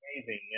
amazing